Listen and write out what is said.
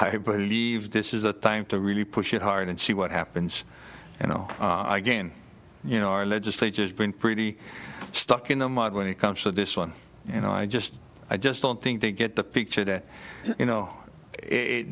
i believe this is the time to really push it hard and see what happens you know again you know our legislature has been pretty stuck in the mud when it comes to this one you know i just i just don't think they get the picture that you know it